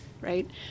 right